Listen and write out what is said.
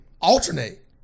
alternate